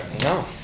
No